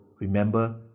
remember